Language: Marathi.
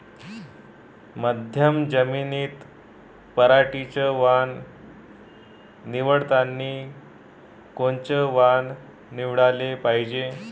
मध्यम जमीनीत पराटीचं वान निवडतानी कोनचं वान निवडाले पायजे?